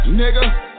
nigga